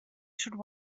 should